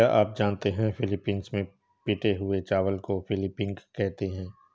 क्या आप जानते हैं कि फिलीपींस में पिटे हुए चावल को पिनिपिग कहते हैं